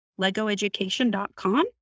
legoeducation.com